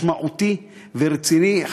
משמעותי ורציני,